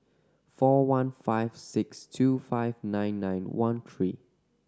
four one five six two five nine nine one three